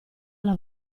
alla